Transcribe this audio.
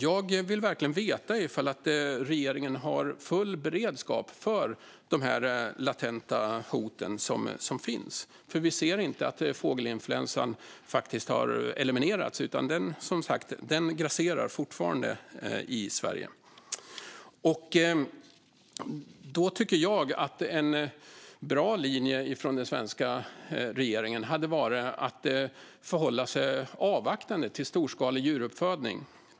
Jag vill verkligen veta ifall regeringen har full beredskap för de latenta hot som finns, för vi ser inte att fågelinfluensan faktiskt har eliminerats, utan den grasserar som sagt fortfarande i Sverige. Då tycker jag att en bra linje från den svenska regeringen hade varit att förhålla sig avvaktande till storskalig djuruppfödning.